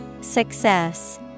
Success